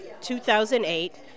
2008